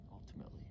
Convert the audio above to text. ultimately